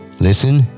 listen